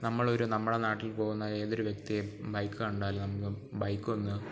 നമ്മളൊരു നമ്മുടെ നാട്ടിൽ പോകുന്ന ഏതൊരു വ്യക്തിയും ബൈക്ക് കണ്ടാൽ നമ്മൾ ബൈക്ക് ഒന്ന്